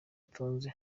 atunze